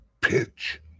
pitch